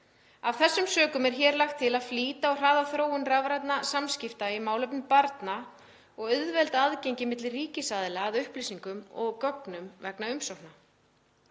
Af þessum sökum er hér lagt til að flýta og hraða þróun rafrænna samskipta í málefnum barna og auðvelda aðgengi milli ríkisaðila að upplýsingum og gögnum vegna umsókna.